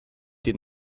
did